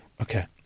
Okay